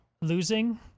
losing